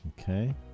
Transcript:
Okay